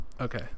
Okay